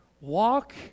Walk